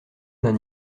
d’un